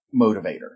motivator